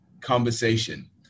conversation